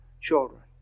children